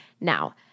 Now